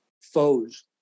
foes